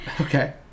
Okay